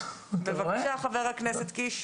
חבר הכנסת קיש,